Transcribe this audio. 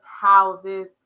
houses